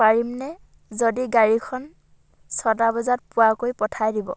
পাৰিম নে যদি গাড়ীখন ছটা বজাত পোৱাকৈ পঠাই দিব